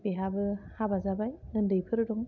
बेहाबो हाबा जाबाय उन्दैफोर दं